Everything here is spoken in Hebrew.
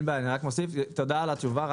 תודה על התשובה.